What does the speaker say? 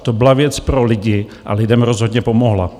To byla věc pro lidi a lidem rozhodně pomohla.